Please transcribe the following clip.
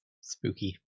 Spooky